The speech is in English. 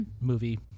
movie